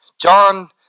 John